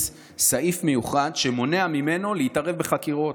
סעיף מיוחד שמונע ממנו להתערב בחקירות.